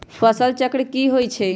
फसल चक्र की होई छै?